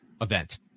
event